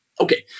Okay